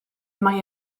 mae